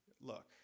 Look